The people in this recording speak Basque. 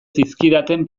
zizkidaten